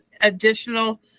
additional